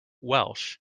welsh